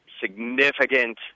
significant